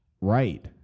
Right